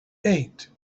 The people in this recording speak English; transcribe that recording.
eight